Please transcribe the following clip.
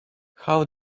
how